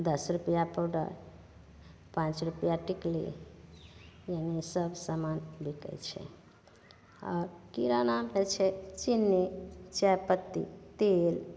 दस रुपैआ पाउडर पाँच रुपैआ टिकुली यानि सब समान बिकै छै आओर किरानाके छै चिन्नी चाइपत्ती तेल